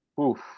Oof